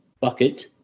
bucket